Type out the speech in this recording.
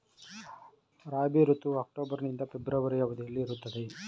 ರಾಬಿ ಋತುವು ಅಕ್ಟೋಬರ್ ನಿಂದ ಫೆಬ್ರವರಿ ಅವಧಿಯಲ್ಲಿ ಇರುತ್ತದೆ